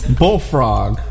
bullfrog